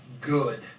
good